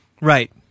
Right